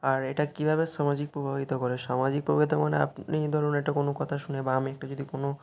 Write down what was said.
আর এটা কীভাবে সামাজিক প্রভাবিত করে সামাজিক প্রভাবিত মানে আপনি ধরুন একটা কোনও কথা শুনে বা আমি একটা যদি কোনও